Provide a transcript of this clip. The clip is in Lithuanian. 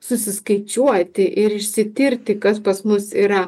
susiskaičiuoti ir išsitirti kas pas mus yra